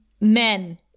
men